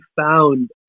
found